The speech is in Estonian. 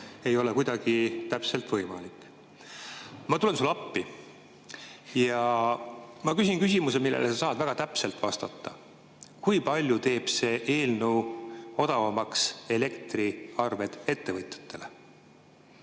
ei ole kuidagi võimalik. Ma tulen sulle appi ja ma küsin küsimuse, millele sa saad väga täpselt vastata. Kui palju teeb see eelnõu odavamaks ettevõtjate